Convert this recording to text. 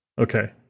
Okay